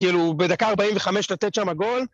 כאילו, בדקה 45' לתת שמה גול.